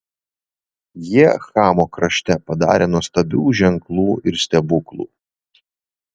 jie chamo krašte padarė nuostabių ženklų ir stebuklų